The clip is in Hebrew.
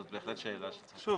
זאת בהחלט שאלה שצריך לחשוב עליה.